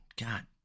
God